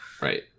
Right